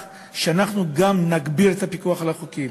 שאנחנו גם נגביר את הפיקוח על החוקים.